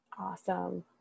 Awesome